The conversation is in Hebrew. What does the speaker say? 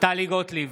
טלי גוטליב,